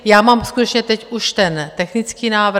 Já mám skutečně teď už ten technický návrh.